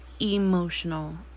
emotional